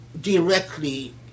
directly